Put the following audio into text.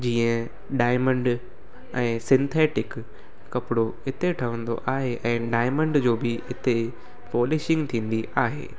जीअं डाइमंड ऐं सिंथेटिक कपिड़ो इते ठवंदो आहे ऐं डाइमंड जो बि इते पॉलिशिंग थींदी आहे